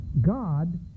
God